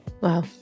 Wow